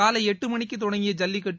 காலை எட்டு மணிக்கு தொடங்கிய ஜல்லிக்கட்டு